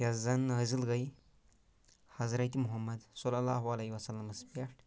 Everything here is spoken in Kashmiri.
یُس زَن نٲزِل گٔیے حضرتِ محمد صلیٰ اللہ عَلیہِ وَسَلَمَس پؠٹھ